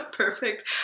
Perfect